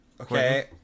Okay